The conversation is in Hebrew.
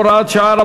הוראת שעה).